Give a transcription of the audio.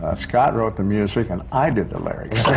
um scott wrote the music and i did the lyrics!